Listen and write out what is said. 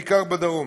בעיקר בדרום.